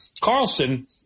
Carlson